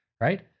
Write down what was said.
right